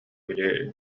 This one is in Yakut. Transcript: били